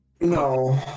No